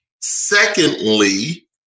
Secondly